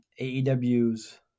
AEW's